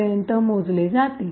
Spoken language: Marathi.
पर्यंत मोजले जाते